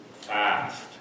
fast